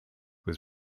was